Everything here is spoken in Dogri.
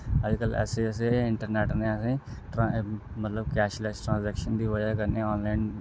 अज्ज कल ऐसे ऐसे इन्ट्रनैट ने असेंगी मतलब कैशलैस ट्रांजैक्शन दी बजह् कन्नै आनलाइन